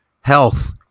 health